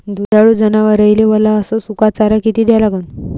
दुधाळू जनावराइले वला अस सुका चारा किती द्या लागन?